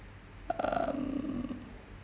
um